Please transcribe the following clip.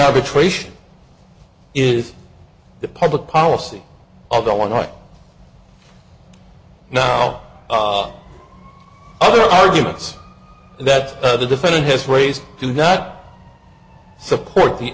arbitration is the public policy although on right now all the arguments that the defendant has raised do not support the